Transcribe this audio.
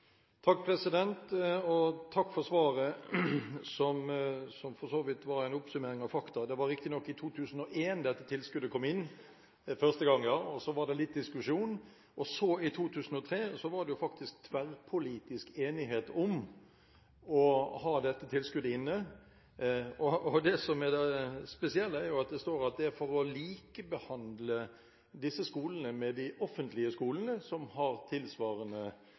vidt var en oppsummering av fakta. Det var riktignok i 2001 dette tilskuddet kom inn første gang. Så var det litt diskusjon, og så, i 2003, var det tverrpolitisk enighet om å ha dette tilskuddet inne. Det som er det spesielle, er at det står at det er for å likebehandle disse skolene med de offentlige skolene som har tilsvarende